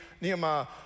Nehemiah